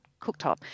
cooktop